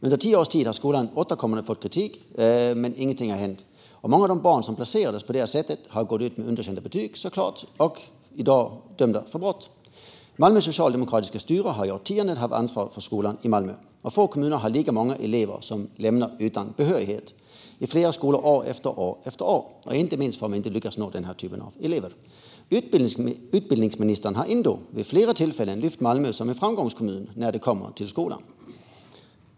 Under tio års tid har skolan återkommande fått kritik, men ingenting har hänt. Många av de barn som placerades på det här sättet har gått ut med underkända betyg, såklart, och är i dag dömda för brott. Malmös socialdemokratiska styre har i årtionden haft ansvar för skolan i Malmö. Få kommuner har lika många elever som lämnar skolan utan behörighet. I flera skolor har detta skett år efter år, inte minst därför att de inte har lyckats nå den här typen av elever. Utbildningsministern har ändå vid flera tillfällen lyft fram Malmö som en framgångskommun när det gäller skolan.